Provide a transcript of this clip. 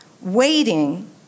waiting